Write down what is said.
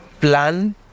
plan